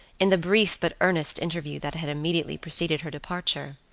in the brief but earnest interview that had immediately preceded her departure.